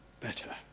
better